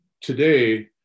today